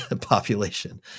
population